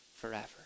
forever